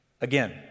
Again